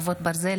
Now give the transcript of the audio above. חרבות ברזל),